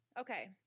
okay